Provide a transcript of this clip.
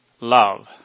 love